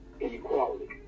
equality